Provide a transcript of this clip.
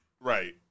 Right